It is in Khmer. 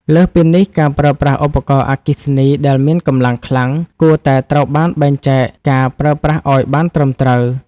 លើសពីនេះ ការប្រើប្រាស់ឧបករណ៍អគ្គិសនីដែលមានកម្លាំងខ្លាំង គួរតែត្រូវបានបែងចែកការប្រើប្រាស់ឱ្យបានត្រឹមត្រូវ។